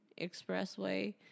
Expressway